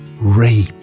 rape